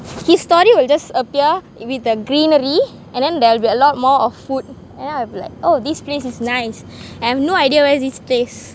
his story will just appear with the greenery and there will be a lot more of food and then I'll be like oh this place is nice I have no idea where is this place